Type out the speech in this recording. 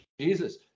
Jesus